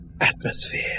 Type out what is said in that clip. atmosphere